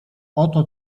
oto